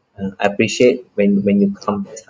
uh I appreciate when when you come